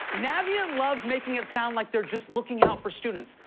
navient loves making it sound like they're just looking out for students.